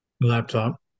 Laptop